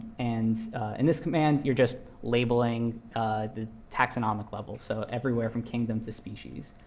and in this command, you're just labeling the taxonomic level so everywhere from kingdom to species.